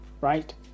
right